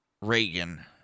Reagan